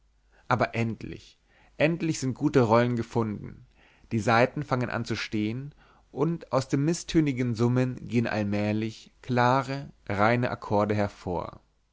aber endlich endlich sind gute rollen gefunden die saiten fangen an zu stehen und aus dem mißtönigen summen gehen allmählich klare reine akkorde hervor